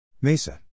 MESA